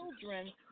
children